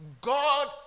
God